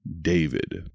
David